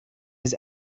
his